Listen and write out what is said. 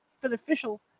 beneficial